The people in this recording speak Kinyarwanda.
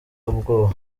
ubwoba